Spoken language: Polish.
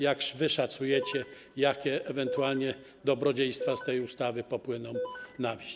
Jak wy szacujecie, jakie ewentualnie dobrodziejstwa wynikające z tej ustawy popłyną na wieś?